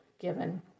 given